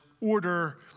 order